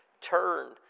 Turn